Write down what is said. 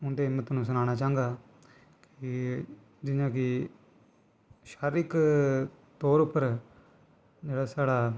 उं'दे च में तोआनूं सनाना चांह्गा कि जियां कि शारीरिक तौर उप्पर जेह्ड़ा साढ़ा